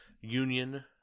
union